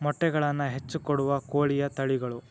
ಮೊಟ್ಟೆಗಳನ್ನ ಹೆಚ್ಚ ಕೊಡುವ ಕೋಳಿಯ ತಳಿಗಳು